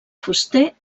fuster